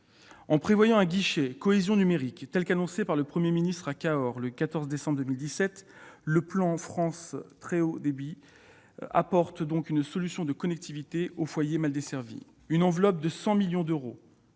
En prévoyant un guichet de la cohésion numérique, comme l'a annoncé le Premier ministre à Cahors le 14 décembre 2017, le plan France Très haut débit apporte une solution de connectivité aux foyers mal desservis. Une enveloppe de 100 millions d'euros